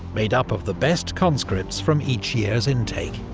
made up of the best conscripts from each year's intake.